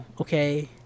okay